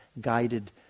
guided